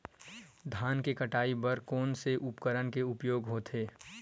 धान के कटाई बर कोन से उपकरण के उपयोग होथे?